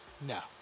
No